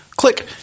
click